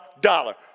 dollar